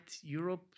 Europe